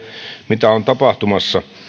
mitä on tapahtumassa